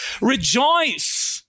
Rejoice